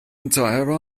entire